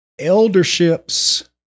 elderships